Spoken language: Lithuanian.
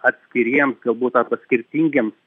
atskiriems galbūt arba skirtingiems